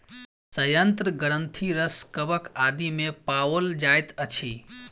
सयंत्र ग्रंथिरस कवक आदि मे पाओल जाइत अछि